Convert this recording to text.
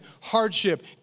hardship